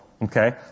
Okay